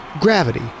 gravity